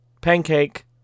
Pancake